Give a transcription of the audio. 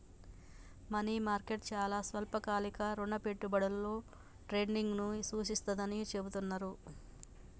money market చాలా స్వల్పకాలిక రుణ పెట్టుబడులలో ట్రేడింగ్ను సూచిస్తుందని చెబుతున్నరు